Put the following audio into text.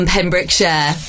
Pembrokeshire